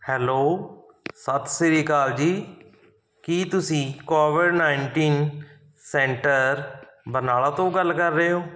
hello ਸਤਿ ਸ਼੍ਰੀ ਅਕਾਲ ਜੀ ਕੀ ਤੁਸੀਂ ਕੋਵਿਡ ਨਾਈਨਟੀਨ ਸੈਂਟਰ ਬਰਨਾਲਾ ਤੋਂ ਗੱਲ ਕਰ ਰਹੇ ਹੋ